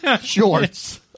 shorts